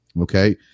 Okay